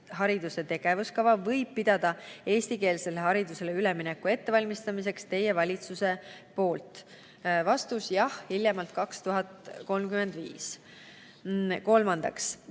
hariduse tegevuskava võib pidada eestikeelsele haridusele ülemineku ettevalmistamiseks teie valitsuse poolt?" Vastus: jah, hiljemalt 2035. Kolmandaks: